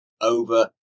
over